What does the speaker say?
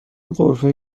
غرفه